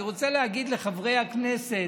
אני רוצה להגיד לחברי הכנסת: